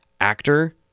actor